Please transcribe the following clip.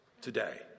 today